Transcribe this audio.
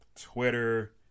Twitter